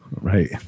Right